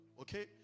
okay